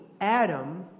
Adam